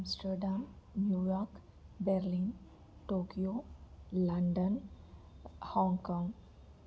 Amsterdam New York Berlin Tokyo London Hong Kong